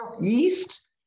yeast